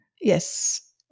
Yes